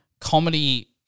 Comedy